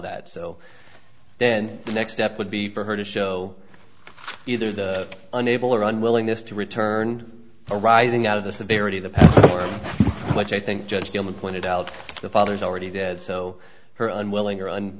that so then the next step would be for her to show either the unable or unwilling this to return arising out of the severity of the pledge i think judge gilman pointed out the father is already dead so her unwilling or